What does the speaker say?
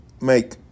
make